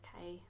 okay